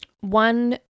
one